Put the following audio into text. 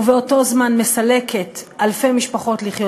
ובאותו זמן מסלקים אלפי משפחות לחיות